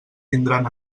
tindran